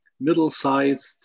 middle-sized